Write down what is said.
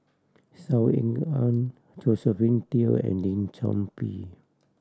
Saw Ean Ang Josephine Teo and Lim Chor Pee